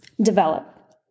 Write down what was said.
develop